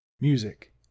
Music